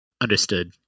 Understood